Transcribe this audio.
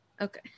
Okay